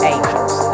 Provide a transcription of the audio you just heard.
Angels